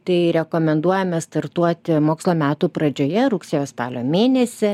tai rekomenduojame startuoti mokslo metų pradžioje rugsėjo spalio mėnesį